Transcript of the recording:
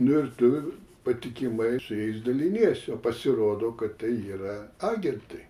nu ir tu patikimai su jais daliniesi o pasirodo kad tai yra agentai